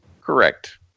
Correct